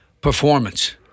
performance